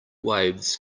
waves